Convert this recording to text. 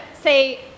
say